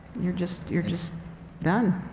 you're just you're just done.